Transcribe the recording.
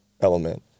element